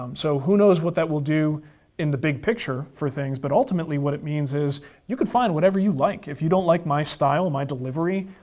um so who knows what that will do in the big picture for things, but ultimately what means is you could find whatever you like. if you don't like my style, my delivery,